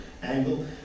Angle